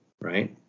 right